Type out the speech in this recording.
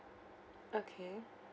okay